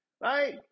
Right